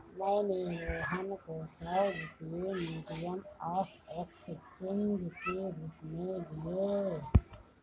मैंने रोहन को सौ रुपए मीडियम ऑफ़ एक्सचेंज के रूप में दिए